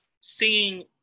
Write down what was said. seeing